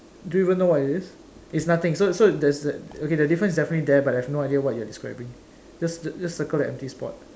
do you even know what it is it's nothing so so that's that okay the difference is definitely there but I've no idea what you're describing just just circle the empty spot